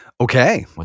Okay